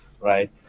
right